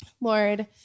Lord